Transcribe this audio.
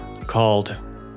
called